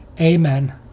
amen